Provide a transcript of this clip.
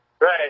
Right